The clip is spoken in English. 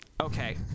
Okay